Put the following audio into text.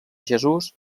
jesús